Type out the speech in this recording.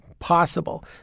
possible